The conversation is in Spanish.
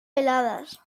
heladas